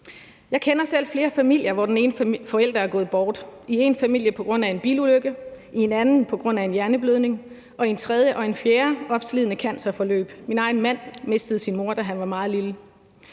Jeg kender selv flere familier, hvor den ene forælder er gået bort – i én familie på grund af en bilulykke, i en anden på grund af en hjerneblødning, og i en tredje og en fjerde var det opslidende cancerforløb. Min egen mand mistede sin mor, da han var meget lille.